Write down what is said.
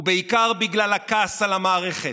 ובעיקר בגלל הכעס על המערכת,